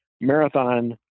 marathon